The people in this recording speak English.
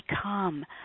become